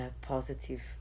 positive